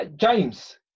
James